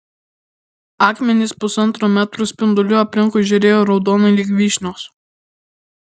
akmenys pusantro metro spinduliu aplinkui žėrėjo raudonai lyg vyšnios